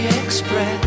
express